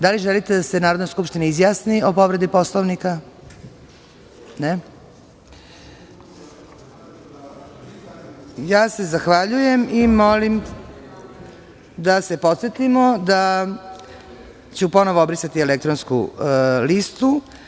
Da li želite da se Narodna skupština izjasni o povredi Poslovnika? (Ne) Zahvaljujem se i molim da se podsetimo da ću ponovo obrisati elektronsku listu.